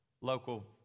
local